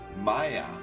maya